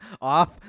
off